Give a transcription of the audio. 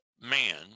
man